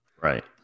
right